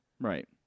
Right